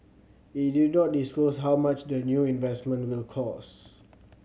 it did not disclose how much the new investment will cost